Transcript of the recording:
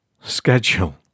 schedule